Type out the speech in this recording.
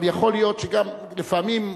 אבל יכול להיות שגם לפעמים,